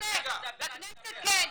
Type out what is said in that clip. בכנסת כן.